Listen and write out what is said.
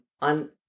on